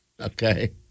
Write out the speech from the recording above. Okay